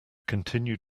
continued